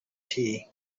tea